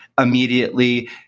immediately